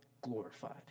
glorified